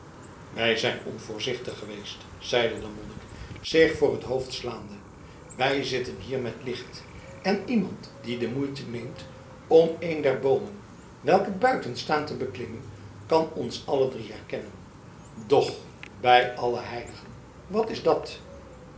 wij zijn onvoorzichtig geweest zeide de monnik zich voor het hoofd slaande wij zitten hier met licht en iemand die de moeite neemt om een der boomen welke buiten staan te beklimmen kan ons alle drie herkennen doch bij alle heiligen wat is dat